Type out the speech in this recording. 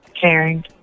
caring